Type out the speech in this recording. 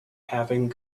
having